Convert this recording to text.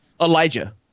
Elijah